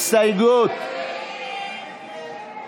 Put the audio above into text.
הסתייגות 3 לא נתקבלה.